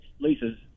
Lisa's